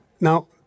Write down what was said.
Now